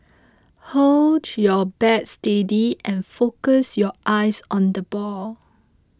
hold your bat steady and focus your eyes on the ball